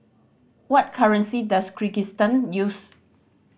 what currency does Kyrgyzstan use